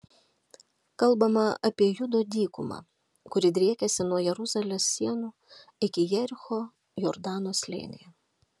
kalbama apie judo dykumą kuri driekiasi nuo jeruzalės sienų iki jericho jordano slėnyje